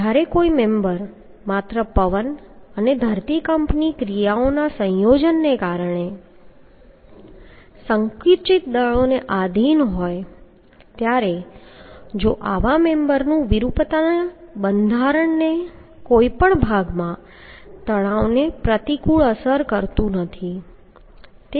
જ્યારે કોઈ મેમ્બર માત્ર પવન અને ધરતીકંપની ક્રિયાઓના સંયોજનને કારણે સંકુચિત દળોને આધિન હોય ત્યારે જો આવા મેમ્બરનું વિરૂપતા બંધારણના કોઈપણ ભાગમાં તણાવને પ્રતિકૂળ અસર કરતું નથી